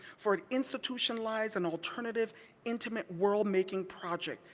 for an institutionalized and alternative intimate world making project,